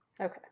Okay